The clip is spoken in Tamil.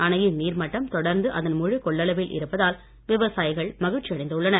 அணையின் நீர் மட்டம் தொடர்ந்து அதன் முழு கொள்ளளவில் இருப்பதால் விவசாயிகள் மகிழ்ச்சி அடைந்துள்ளனர்